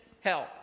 help